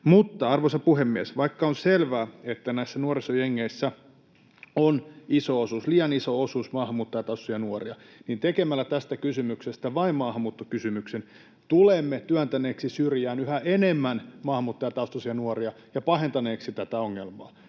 Mutta, arvoisa puhemies, vaikka on selvää, että näissä nuorisojengeissä on iso osuus, liian iso osuus maahanmuuttajataustaisia nuoria, niin tekemällä tästä kysymyksestä vain maahanmuuttokysymyksen tulemme työntäneeksi syrjään yhä enemmän maahanmuuttajataustaisia nuoria ja pahentaneeksi tätä ongelmaa.